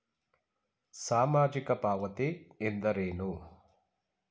ಸಾಮಾಜಿಕ ಪಾವತಿ ಎಂದರೇನು?